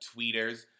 tweeters